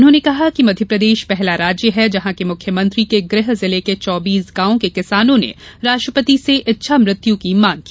उन्होंने कहा कि मध्यप्रदेश पहला राज्य है जहां के मुख्यमंत्री के गृह जिले के चौबीस गांवों के किसानों ने राष्ट्रपति से इच्छामृत्यु की मांग की